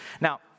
Now